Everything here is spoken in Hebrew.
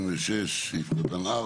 66(4),